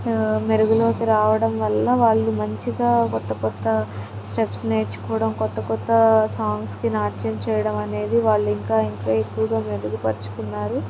మెరుగులోకి రావడం వల్ల వాళ్ళు మంచిగా కొత్త కొత్త స్టెప్స్ నేర్చుకోవడం కొత్త కొత్త సాంగ్స్కి నాట్యం చేయడం అనేది వాళ్ళు ఇంకా ఇంకా ఎక్కువగా మెరుగుపరుచుకున్నారు